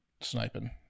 sniping